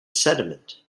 sediment